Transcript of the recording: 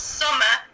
summer